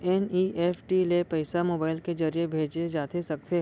NEFT ले पइसा mobile के ज़रिए भेजे जाथे सकथे?